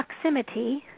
proximity